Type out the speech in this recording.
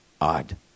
Odd